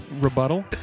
Rebuttal